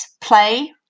play